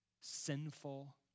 sinful